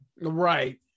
Right